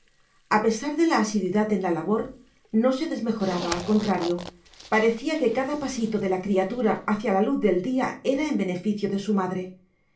a pesar de la asiduidad en la labor no se desmejoraba al contrario parecía que cada pasito de la criatura hacia la luz del día era en beneficio de su madre